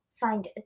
find